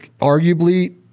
arguably